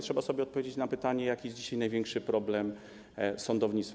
Trzeba sobie odpowiedzieć na pytanie, jaki jest dzisiaj największy problem sądownictwa.